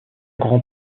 grand